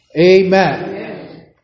amen